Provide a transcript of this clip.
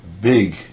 big